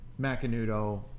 Macanudo